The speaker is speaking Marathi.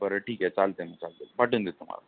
बरं ठीक आहे चालते मग चालते पाठवून देतो तुम्हाला